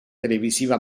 televisiva